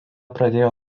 pradėjo